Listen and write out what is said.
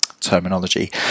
terminology